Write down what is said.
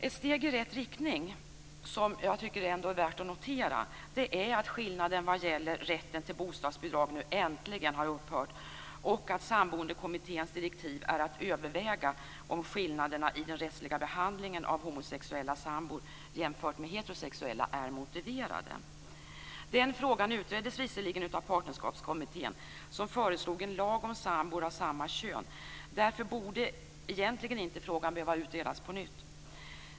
Ett steg i rätt riktning som jag tycker är värt att notera är att skillnaden vad gäller rätten till bostadsbidrag nu äntligen har upphört, och att Samboendekommitténs direktiv är att överväga om skillnaderna i den rättsliga behandlingen av homosexuella sambor jämfört med heterosexuella är motiverade. Den frågan utreddes visserligen av Partnerskapskommittén, som föreslog en lag om sambor av samma kön, och därför borde egentligen inte frågan behöva utredas på nytt.